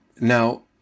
Now